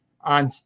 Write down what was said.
on